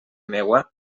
meua